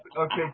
Okay